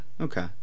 Okay